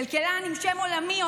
כלכלן עם שם עולמי,